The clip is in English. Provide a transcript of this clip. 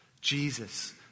Jesus